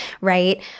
right